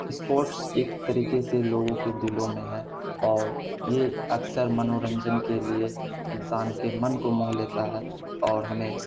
sports ایک طریقے سے لوگوں کے دلوں میں ہے اور یہ اکثر منورنجن کے لیے انسان کے من کو موہ لیتا ہے اور ہمیں